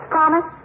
Promise